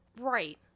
right